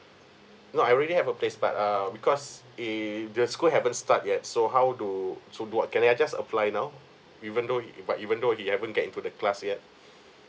no I really have a place but ah because eh the school haven't start yet so how do so what can I just apply now even though it but even though he haven't get into the class yet